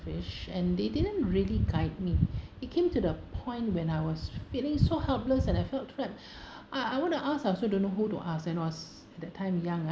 selfish and they didn't really guide me it came to the point when I was feeling so helpless and I felt trapped I I want to ask I also don't know who to ask and was that time young ah